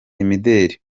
imideli